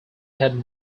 had